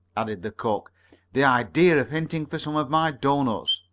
added the cook the idea of hinting for some of my doughnuts!